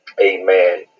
Amen